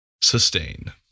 sustain